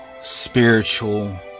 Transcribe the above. spiritual